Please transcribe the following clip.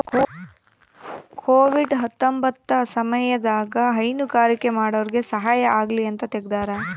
Covid ಹತ್ತೊಂಬತ್ತ ಸಮಯದಾಗ ಹೈನುಗಾರಿಕೆ ಮಾಡೋರ್ಗೆ ಸಹಾಯ ಆಗಲಿ ಅಂತ ತೆಗ್ದಾರ